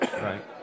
right